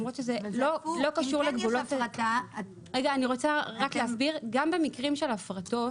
גם במקרים של הפרטות,